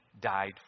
died